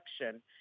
election—